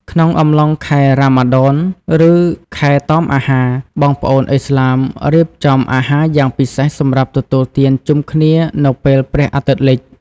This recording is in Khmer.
ក្នុងអំឡុងខែរ៉ាម៉ាឌន ឬ ខែតមអាហារ បងប្អូនឥស្លាមរៀបចំអាហារយ៉ាងពិសេសសម្រាប់ទទួលទានជុំគ្នានៅពេលព្រះអាទិត្យលិច។